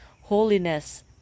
Holiness